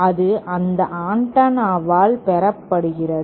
அது அந்த ஆண்டெனாவால் பெறப்படுகிறது